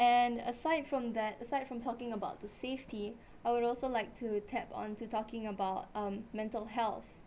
and aside from that aside from talking about the safety I would also like to tap on to talking about um mental health